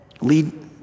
Lead